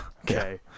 Okay